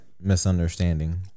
misunderstanding